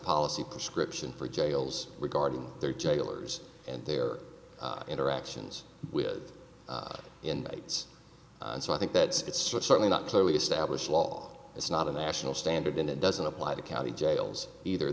policy prescription for jails regarding their jailers and their interactions with invades and so i think that it's certainly not clearly established law it's not a national standard and it doesn't apply to county jails either